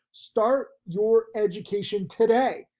start your education today.